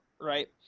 right